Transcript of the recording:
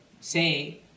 say